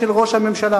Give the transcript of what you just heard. של ראש הממשלה.